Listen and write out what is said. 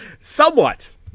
Somewhat